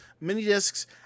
mini-discs